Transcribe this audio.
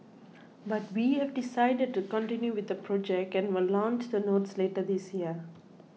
but we have decided to continue with the project and will launch the notes later this year